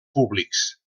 públics